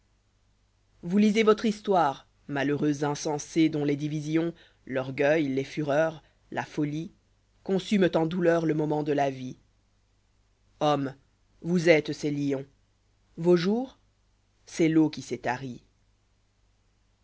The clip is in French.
vous lisez votre histoire malheureux insensés dont les divisions l'orgueil les fureurs la folie consument en douleurs le moment de la vie hommes vous êtes ces lions vos jours c'est l'eau qui s'est tarie